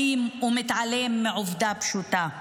אלים ומתעלם מעובדה פשוטה,